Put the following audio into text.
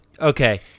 Okay